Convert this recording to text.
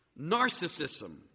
narcissism